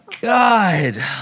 God